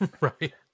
Right